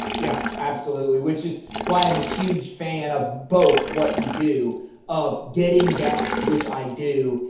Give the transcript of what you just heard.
yeah, absolutely which is why i'm a huge fan of both what you do of getting guests which i do.